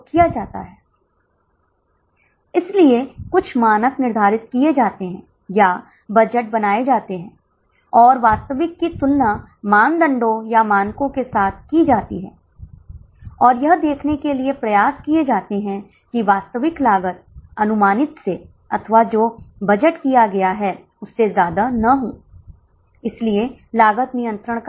तो क्या आप इसे समझ रहे हैं अब हमें तीन प्रकार की लागतें मिल रही हैं एक जो कि पूरी तरह से छात्रों के साथ बदल रही है वह परिवर्तनीय है एक जो बस के साथ बदल रही हैं वहां एसवीसी अर्ध परिवर्तनीय और तीसरी जो बिल्कुल नहीं बदल रही है वे निश्चित लागते हैं